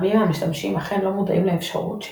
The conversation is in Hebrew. רבים מהמשתמשים אכן לא מודעים לאפשרות של